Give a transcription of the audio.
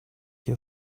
your